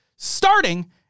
Starting